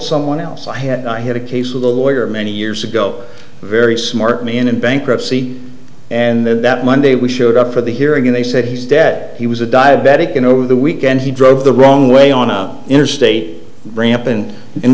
someone else i had i had a case of a lawyer many years ago a very smart man in bankruptcy and that monday we showed up for the hearing and they said debt he was a diabetic and over the weekend he drove the wrong way on an interstate ramp and in